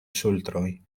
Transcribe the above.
ŝultroj